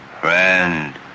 Friend